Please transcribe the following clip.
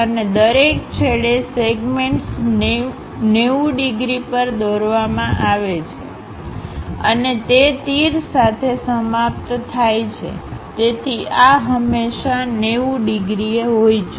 અને દરેક છેડે સેગમેન્ટ્સ 90 ડિગ્રી પર દોરવામાં આવે છે અને તે તીર સાથે સમાપ્ત થાય છેતેથી આ હંમેશા 90 ડિગ્રીએ હોય છે